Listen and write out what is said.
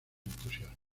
entusiasmo